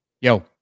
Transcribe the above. Yo